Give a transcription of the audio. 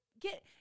get